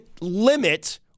limit